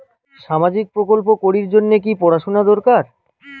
সামাজিক প্রকল্প করির জন্যে কি পড়াশুনা দরকার?